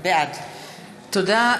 בעד תודה.